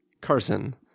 Carson